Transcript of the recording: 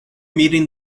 meeting